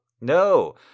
no